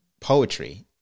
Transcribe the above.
poetry